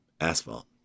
asphalt